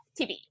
TV